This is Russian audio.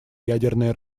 ядерное